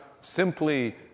simply